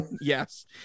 Yes